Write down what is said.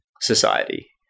society